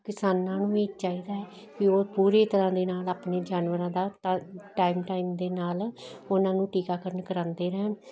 ਕਿਸਾਨਾਂ ਨੂੰ ਵੀ ਚਾਹੀਦਾ ਵੀ ਉਹ ਪੂਰੀ ਤਰਹਾਂ ਦੇ ਨਾਲ ਆਪਣੇ ਜਾਨਵਰਾਂ ਦਾ ਟਾਈਮ ਦੇ ਨਾਲ ਉਹਨਾਂ ਨੂੰ ਟੀਕਾਕਰਨ ਕਰਾਉਂਦੇ ਰਹਿਣ ਤੇ